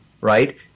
right